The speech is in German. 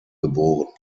geboren